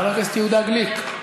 חבר הכנסת יהודה גליק,